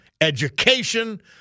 education